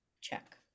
check